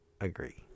agree